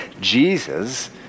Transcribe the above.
Jesus